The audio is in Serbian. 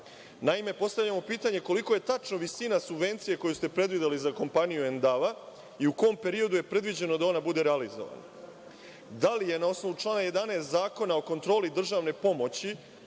Naime, postavljamo pitanje kolika je tačno visina subvencije koju ste predvideli za kompaniju „Endava“ i u kom periodu je predviđeno da ona bude realizovana? Da li je na osnovu člana 11. Zakona o kontroli državne pomoći